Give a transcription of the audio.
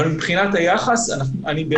אבל מבחינת היחס אני בהחלט מרגיש ש